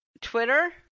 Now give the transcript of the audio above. Twitter